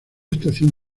estación